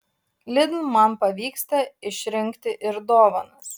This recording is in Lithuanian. lidl man pavyksta išrinkti ir dovanas